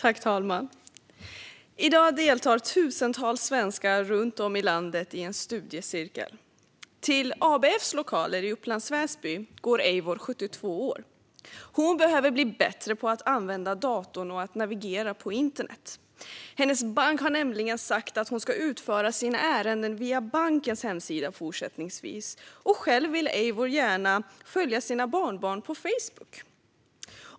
Fru talman! I dag deltar tusentals svenskar runt om i landet i en studiecirkel. Till ABF:s lokaler i Upplands Väsby går Eivor, 72 år. Hon behöver bli bättre på att använda datorn och navigera på internet. Hennes bank har nämligen sagt att hon ska utföra sina ärenden via bankens hemsida fortsättningsvis, och själv vill Eivor gärna följa sina barnbarn på Facebook.